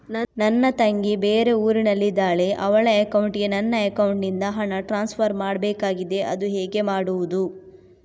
ನನ್ನ ತಂಗಿ ಬೇರೆ ಊರಿನಲ್ಲಿದಾಳೆ, ಅವಳ ಅಕೌಂಟಿಗೆ ನನ್ನ ಅಕೌಂಟಿನಿಂದ ಹಣ ಟ್ರಾನ್ಸ್ಫರ್ ಮಾಡ್ಬೇಕಾಗಿದೆ, ಅದು ಹೇಗೆ ಮಾಡುವುದು?